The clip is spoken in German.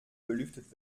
belüftet